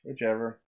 Whichever